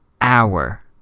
hour